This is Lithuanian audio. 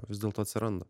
vis dėlto atsiranda